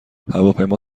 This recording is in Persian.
هواپیما